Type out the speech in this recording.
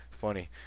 funny